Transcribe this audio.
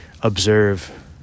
observe